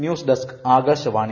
news desk Akashvani